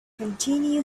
continue